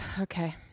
Okay